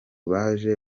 baje